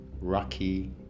Rocky